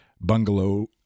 bungalow